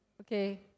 Okay